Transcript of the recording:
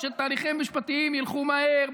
שתהליכים משפטיים ילכו מהר,